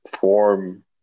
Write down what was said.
form